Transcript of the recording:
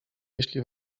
jeśli